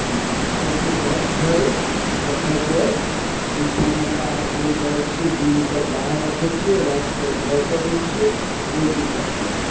मालके घर छै रखैके दुइ ठाम ओकरा अप डाउन करै छिए दिनके बाहर रखै छिए रातिके घर कऽ दै छिए कोइ दिक्कत नहि